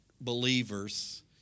believers